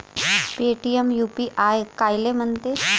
Paytm UPI कायले म्हनते?